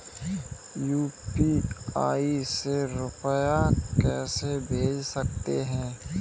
UPI से रुपया कैसे भेज सकते हैं?